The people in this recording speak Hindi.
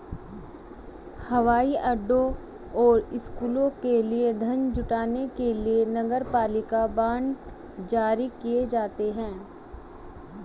हवाई अड्डों और स्कूलों के लिए धन जुटाने के लिए नगरपालिका बांड जारी किए जाते हैं